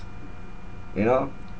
you know